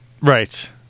Right